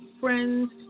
Friends